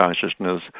consciousness